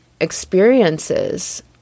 experiences